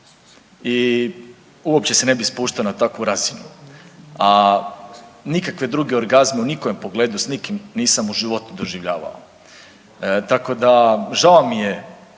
i uopće se ne bi spuštao na takvu razinu. A nikakve druge orgazme u nikojem pogledu s nikim nisam u životu doživljavao, tako da žao mi je.